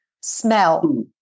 smell